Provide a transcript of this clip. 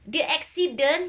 dia accident